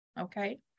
Okay